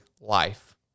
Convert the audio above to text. life